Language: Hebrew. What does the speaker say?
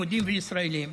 יהודים וישראלים,